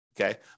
Okay